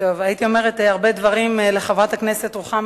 הייתי אומרת הרבה דברים לחברת הכנסת רוחמה